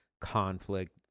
conflict